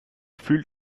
fühlt